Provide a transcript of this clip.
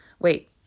wait